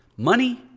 money,